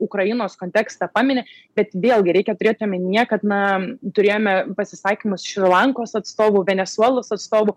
ukrainos kontekstą pamini bet vėlgi reikia turėti omenyje kad na turėjome pasisakymus šri lankos atstovų venesuelos atstovų